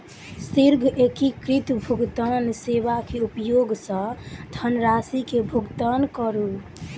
शीघ्र एकीकृत भुगतान सेवा के उपयोग सॅ धनरशि के भुगतान करू